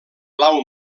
blau